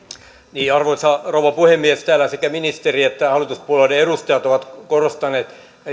arvoisa rouva puhemies täällä sekä ministeri että hallituspuolueiden edustajat ovat korostaneet